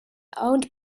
owned